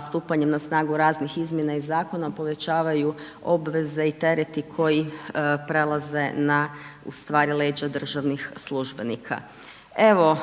stupanjem na snagu raznih izmjena i zakona povećavaju obveze i tereti koji prelaze na ustvari leđa državnih službenika. Evo,